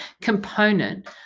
component